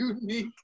unique